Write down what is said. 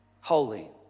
holy